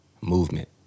Movement